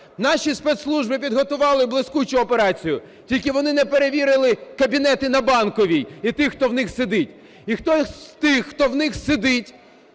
Наші спецслужби підготували блискучу операцію. Тільки вони не перевірили кабінети на Банковій і тих, хто в них сидить. І хтось з тих, хто в них сидить,